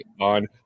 on